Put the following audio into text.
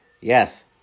Yes